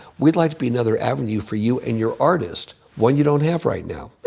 we'd like to be another avenue for you and your artist, one you don't have right now.